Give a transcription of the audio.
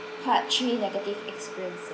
part three negative experiences